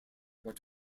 what